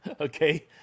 Okay